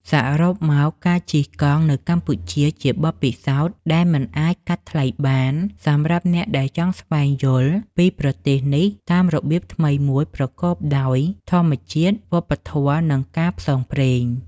សរុបមក ការជិះកង់នៅកម្ពុជាជាបទពិសោធន៍ដែលមិនអាចកាត់ថ្លៃបានសម្រាប់អ្នកដែលចង់ស្វែងយល់ពីប្រទេសនេះតាមរបៀបថ្មីមួយប្រកបដោយធម្មជាតិ វប្បធម៌ និងការផ្សងព្រេង។